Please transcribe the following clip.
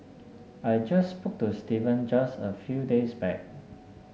I just spoke to Steven just a few days back